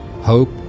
Hope